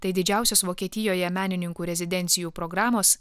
tai didžiausias vokietijoje menininkų rezidencijų programos